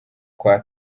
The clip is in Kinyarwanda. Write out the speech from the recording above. kwa